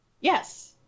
yes